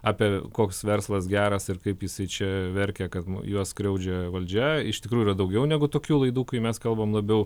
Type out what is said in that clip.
apie koks verslas geras ir kaip jisai čia verkia kad juos skriaudžia valdžia iš tikrųjų yra daugiau negu tokių laidų kai mes kalbam labiau